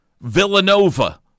Villanova